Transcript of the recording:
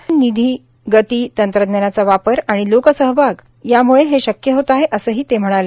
यामध्ये निधी गती तंत्रज्ञानाचा वापर आणि लोकसहभाग याम्ळं हे शक्य होत आहे असंही ते म्हणाले